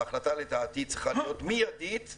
ההחלטה לדעתי צריכה להיות מיידית,